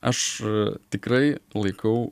aš tikrai laikau